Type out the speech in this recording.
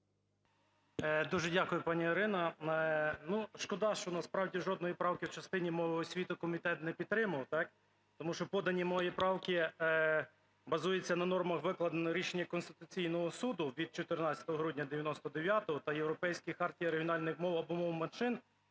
Дуже дякую, пані Ірино. Ну, шкода, що насправді жодної правки в частині "Мова освіти" комітет не підтримав, так, тому що подані мої правки базуються на нормах, викладених рішенням Конституційного Суду від 14 грудня 99-го та Європейської хартії регіональних мов або мов меншин